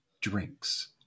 drinks